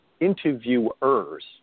interviewers